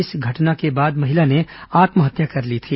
इस घटना के बाद महिला ने आत्महत्या कर ली थी